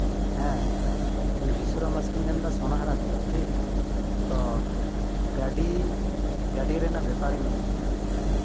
ᱦᱮᱸ ᱤᱧ ᱵᱤᱥᱩᱨᱟᱢ ᱵᱟᱥᱠᱮᱧ ᱢᱮᱱᱫᱟ ᱥᱳᱱᱟᱦᱟᱨᱟ ᱠᱷᱚᱱᱟᱜ ᱛᱳ ᱜᱟᱹᱰᱤ ᱜᱟᱹᱰᱤ ᱨᱮᱱᱟᱜ ᱵᱮᱯᱟᱨᱤᱧ ᱢᱮᱱᱫᱟ